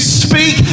speak